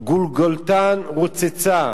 גולגולתן רוצצה,